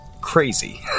crazy